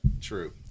True